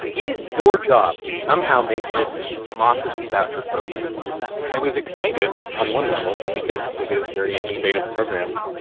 it is your job to somehow make this democracy voucher program work i was excited on one level because it is a very innovative program.